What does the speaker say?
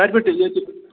تتہِ پٮ۪ٹھٕ ییٚتہِ